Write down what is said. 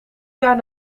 jaar